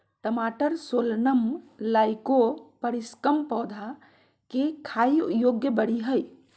टमाटरसोलनम लाइकोपर्सिकम पौधा केखाययोग्यबेरीहइ